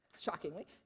shockingly